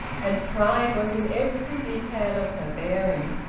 and pride was in every detail of her bearing.